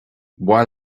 mhaith